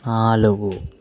నాలుగు